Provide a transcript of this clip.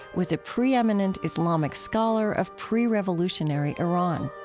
was a preeminent islamic scholar of pre-revolutionary iran